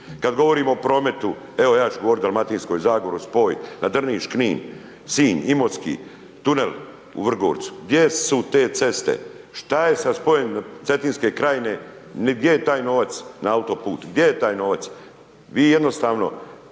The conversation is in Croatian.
Kad govorimo o prometu, evo ja ću govoriti o Dalmatinskoj zagori, spoj Drniš, Knin, Sinj, Imotski, tunel u Vrgorcu, gdje su te ceste? Što je sa spojem Cetinske krajine, gdje je taj novac na autoput? Gdje je taj novac? Vi jednostavno,